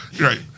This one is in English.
right